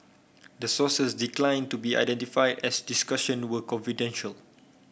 the sources declined to be identified as the discussion were confidential